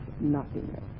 nothingness